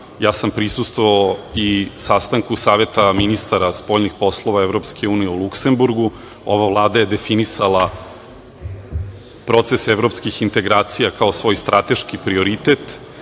državama. Prisustvovao sam i sastanku Saveta ministara spoljnih poslova EU u Luksenburgu. Ova vlada je definisala proces evropskih integracija kao svoj strateški prioritet,